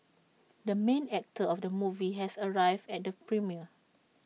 the main actor of the movie has arrived at the premiere